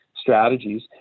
strategies